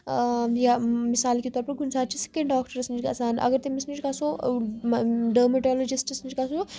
آ یا مِثال کہِ طور پر کُنہِ ساتہٕ چھُ سِکِن ڈاکٹرَس نِش گژھان اَگر تٔمِس نِش گژھو ڈٔرمٹالجِسٹس نِش گژھو